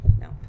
No